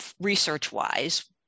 research-wise